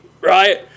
right